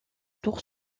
tour